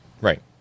right